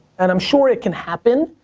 and i'm sure it can happen.